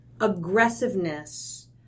aggressiveness